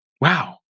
Wow